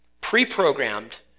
pre-programmed